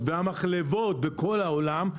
המחלבות בכל העולם,